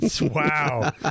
Wow